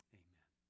amen